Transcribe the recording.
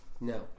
No